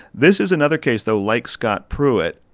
this is another case, though, like scott pruitt,